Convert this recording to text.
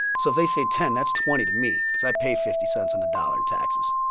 so if they say ten, that's twenty to me because i pay fifty cents on the dollar in taxes,